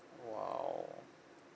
!wow!